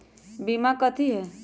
बीमा कथी है?